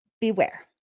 beware